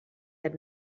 had